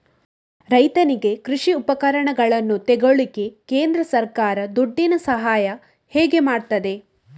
ರೈತನಿಗೆ ಕೃಷಿ ಉಪಕರಣಗಳನ್ನು ತೆಗೊಳ್ಳಿಕ್ಕೆ ಕೇಂದ್ರ ಸರ್ಕಾರ ದುಡ್ಡಿನ ಸಹಾಯ ಹೇಗೆ ಮಾಡ್ತದೆ?